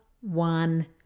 one